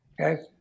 okay